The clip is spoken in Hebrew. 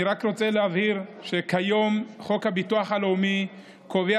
אני רק רוצה להבהיר שכיום חוק הביטוח הלאומי קובע